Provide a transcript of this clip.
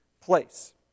place